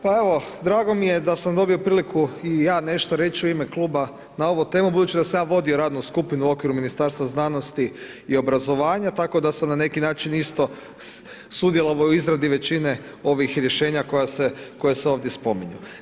Pa evo, drago mi je da sam dobio priliku i ja nešto reći u ime Kluba na ovu temu budući da sam ja vodio radnu skupinu u okviru Ministarstva znanosti i obrazovanja, tako da sam na neki način isto sudjelovao u izradi većine ovih rješenja koja se ovdje spominju.